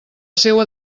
seua